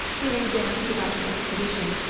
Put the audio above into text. feeling damped about his expedition,